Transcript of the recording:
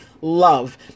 love